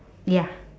ya